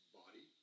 body